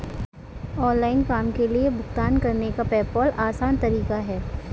online काम के लिए भुगतान करने का पेपॉल आसान तरीका है